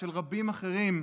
ושל רבים אחרים,